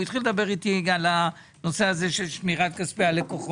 התחיל לדבר איתי על נושא של שמירת כספי הלקוחות.